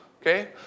okay